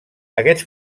aquests